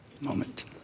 moment